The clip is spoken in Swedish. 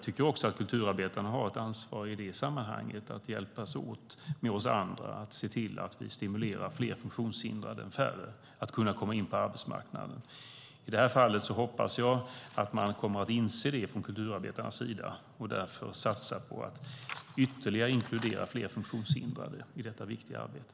Också kulturarbetarna har ett ansvar att hjälpa oss andra att stimulera fler funktionshindrade än färre att komma in på arbetsmarknaden. I det här fallet hoppas jag att kulturarbetarna kommer att inse det och därför satsa på att ytterligare inkludera fler funktionshindrade i detta viktiga arbete.